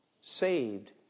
saved